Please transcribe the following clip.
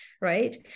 right